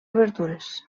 obertures